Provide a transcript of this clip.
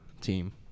team